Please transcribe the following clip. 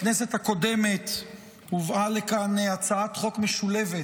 בכנסת הקודמת הובאה לכאן הצעת חוק משולבת